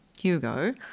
Hugo